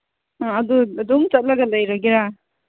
ꯑꯗꯨ ꯑꯗꯨꯝ ꯆꯠꯂꯒ ꯂꯩꯔꯒꯦꯔꯥ